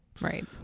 Right